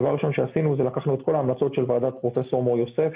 דבר ראשון שעשינו זה לקחנו את כל ההמלצות של ועדת פרופ' מור יוסף,